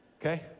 okay